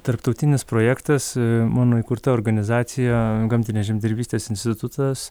tarptautinis projektas mano įkurta organizacija gamtinės žemdirbystės institutas